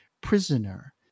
prisoner